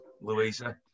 Louisa